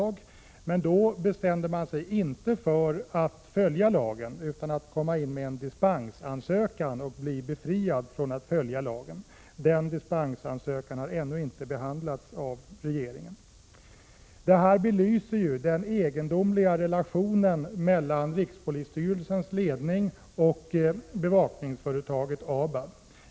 1986/87:100 Men då bestämde man sig inte för att börja följa lagen utan i stället lade man 2 april 1987 in en dispensansökan för att bli befriad från att följa lagen. Denna dispensansökan har ännu inte behandlats av regeringen. Detta belyser de egendomliga relationerna mellan rikspolisstyrelsens ledning och bevakningsföretaget ABAB.